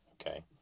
okay